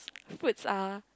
fruits are